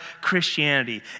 Christianity